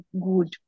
good